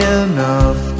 enough